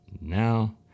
Now